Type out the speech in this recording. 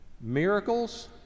miracles